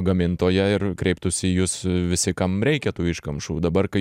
gamintoją ir kreiptųsi į jus visi kam reikia tų iškamšų dabar kai